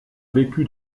vécu